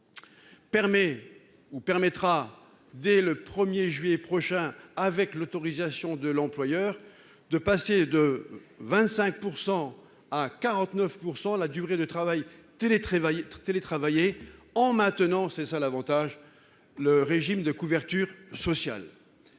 permettra dès le 1er juillet prochain avec l'autorisation de l'employeur de passer de 25% à 49% la durée de travail télétravail être télétravaillé en maintenant c'est ça l'avantage. Le régime de couverture sociale.